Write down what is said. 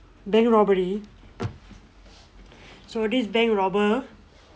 bank robbery so this bank robber